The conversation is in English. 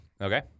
Okay